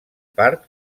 part